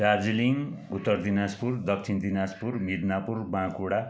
Darjeeling Uttar Dinajpur Dakshin Dinajpur Medinipur Bankura